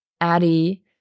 Addy